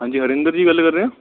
ਹਾਂਜੀ ਹਰਿੰਦਰ ਜੀ ਗੱਲ ਰਹੇ ਹੋ